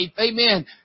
amen